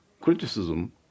criticism